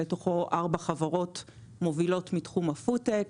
לתוכו ארבע חברות מובילות מתחום הפודטק.